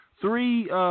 three